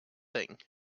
thing